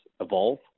evolve